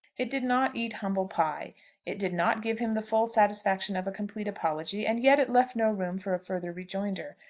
it did not eat humble pie it did not give him the full satisfaction of a complete apology and yet it left no room for a further rejoinder.